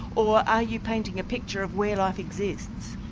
or are you painting a picture of where life exists?